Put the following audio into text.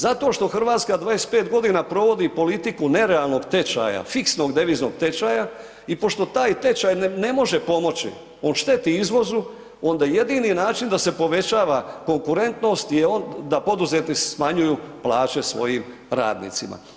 Zato što Hrvatska 25 g. provodi politiku nerealnog tečaja, fiksnog deviznog tečaja i pošto taj tečaj ne može pomoći on šteti izvozu onda jedini način da se povećava konkurentnost je da poduzetnici smanjuju plaće svojim radnicima.